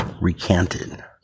Recanted